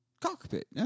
cockpit